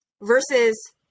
versus